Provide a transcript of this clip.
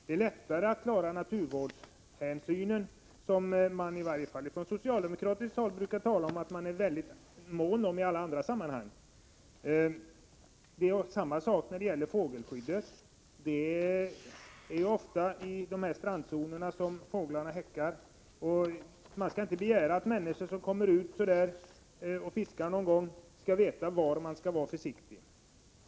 Det är lättare att på detta sätt klara naturvårdshänsynen, som man i varje falli alla andra sammanhang från socialdemokratiskt håll brukar säga att man är mån om. Detsamma gäller fågelskyddet. Ofta är det i de aktuella strandzonerna som fåglarna häckar, och man kan inte begära att människor som kommer ut och fiskar någon gång skall veta var de skall vara försiktiga.